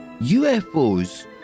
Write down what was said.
UFOs